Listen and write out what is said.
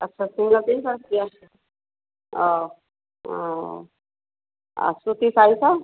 अच्छा single piece आता है अच्छा और सूती साड़ी सब